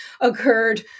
occurred